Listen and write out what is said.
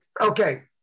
okay